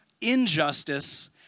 injustice